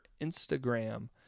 instagram